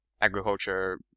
Agriculture